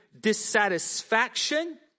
dissatisfaction